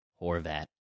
Horvat